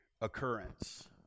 occurrence